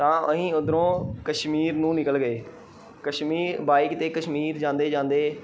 ਤਾਂ ਅਸੀਂ ਉੱਧਰੋਂ ਕਸ਼ਮੀਰ ਨੂੰ ਨਿਕਲ ਗਏ ਕਸ਼ਮੀਰ ਬਾਈਕ 'ਤੇ ਕਸ਼ਮੀਰ ਜਾਂਦੇ ਜਾਂਦੇ